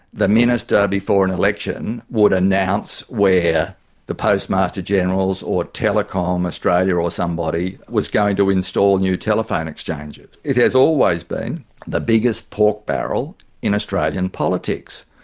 the minister, before an election, would announce where the postmaster-general's or telecom australia or or somebody was going to install new telephone exchanges. it has always been the biggest pork-barrel in australian politics.